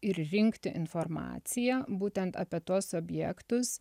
ir rinkti informaciją būtent apie tuos objektus